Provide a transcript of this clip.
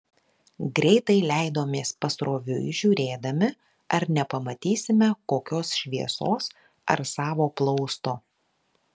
greitai leidomės pasroviui žiūrėdami ar nepamatysime kokios šviesos ar savo plausto